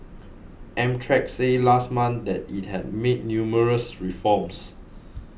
Amtrak said last month that it had made numerous reforms